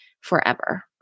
forever